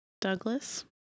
Douglas